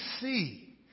see